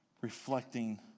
reflecting